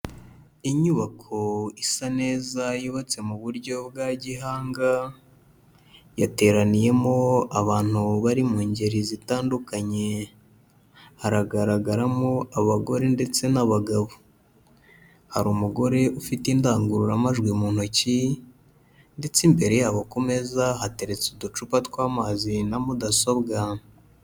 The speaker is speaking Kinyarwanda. Inyubako isa neza yubatse mu buryo bwa gihanga, yateraniyemo abantu bari mu ngeri zitandukanye haragaragaramo abagore ndetse n'abagabo, hari umugore ufite indangururamajwi mu ntoki ndetse imbere yabo ku meza hateretse uducupa tw'amazi na mudasobwa.